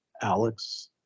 Alex